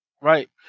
right